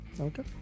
Okay